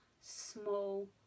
small